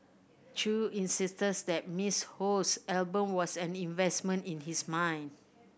Chew insisted that Miss Ho's album was an investment in his mind